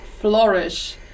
flourish